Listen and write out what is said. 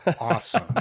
awesome